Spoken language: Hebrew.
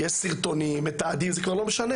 יש סרטונים, מתעדים, זה כבר לא משנה.